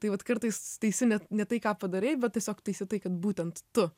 tai vat kartais teisi ne ne tai ką padarei bet tiesiog teisi tai kad būtent tu